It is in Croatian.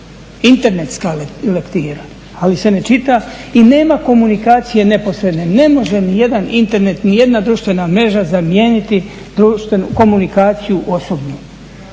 internetska lektira ali se ne čita i nema komunikacije neposredne. ne može ni jedan Internet, ni jedna društvena mreža zamijeniti komunikaciju osoblju,